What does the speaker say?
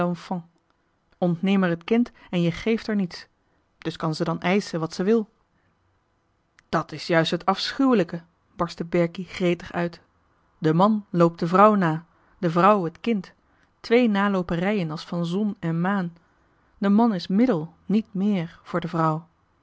het kind en je gééft er niets dus kan ze dan eischen wat ze wil johan de meester de zonde in het deftige dorp dat is juist het afschuwelijke barstte berkie gretig uit de man loopt de vrouw na de vrouw het kind twee nalooperijen als van zon en maan de man is middel niet meer voor de vrouw